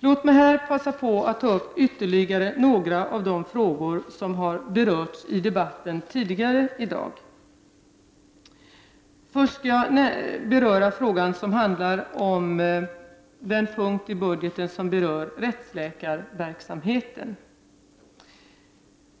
Låt mig här passa på att ta upp ytterligare några av de frågor som har berörts i debatten tidigare i dag. Först skall jag beröra den punkt i budgeten som rör rättsläkarverksamheten.